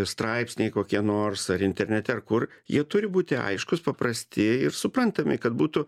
straipsniai kokie nors ar internete ar kur jie turi būti aiškūs paprasti ir suprantami kad būtų